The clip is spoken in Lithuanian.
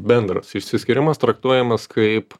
bendras išsiskyrimas traktuojamas kaip